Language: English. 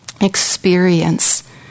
experience